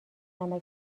نمکـ